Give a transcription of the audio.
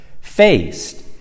faced